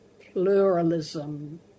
pluralism